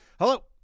Hello